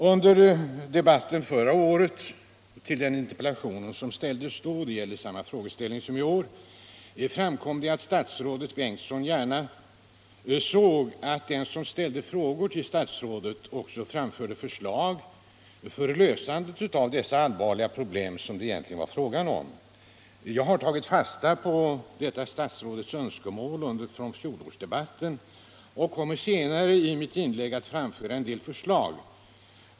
Under interpellationsdebatten förra året om samma frågeställning som i år framkom det att statsrådet Bengtsson gärna såg att den som ställde frågor till statsrådet också framförde förslag till lösandet av de allvarliga problem som det var fråga om. Jag har tagit fasta på detta statsrådets önskemål från fjolårsdebatten och kommer senare i mitt inlägg att framföra en del förslag.